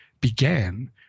began